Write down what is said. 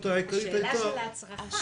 העיקרית הייתה --- השאלה של ההצרחה.